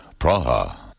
Praha